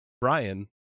Brian